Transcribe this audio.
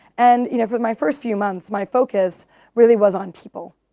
and you know for my first few months my focus really was on people.